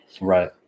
Right